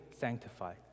sanctified